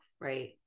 right